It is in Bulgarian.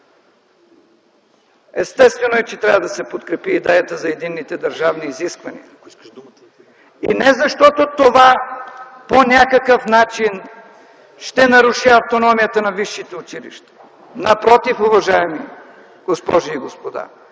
Естествено е, че трябва да се подкрепи идеята за единните държавни изисквания! Не защото това по някакъв начин ще наруши автономията на висшите училища. Напротив, уважаеми госпожи и господа,